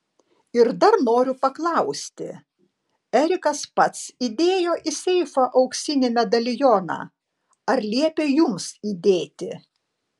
ir dar noriu paklausti erikas pats įdėjo į seifą auksinį medalioną ar liepė jums įdėti